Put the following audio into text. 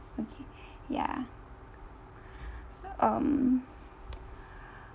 okay ya so um